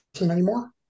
anymore